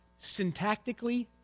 Syntactically